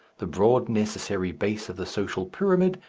the broad necessary base of the social pyramid,